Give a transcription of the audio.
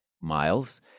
miles